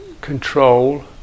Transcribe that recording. control